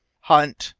hunt,